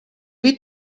die